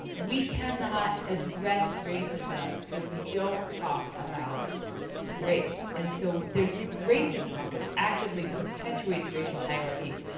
we cannot address racism if we don't talk about race. and so there's racist talk which actively perpetuates racial hierarchies,